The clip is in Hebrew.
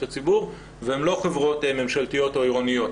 הציבור והן לא חברות ממשלתיות או עירוניות,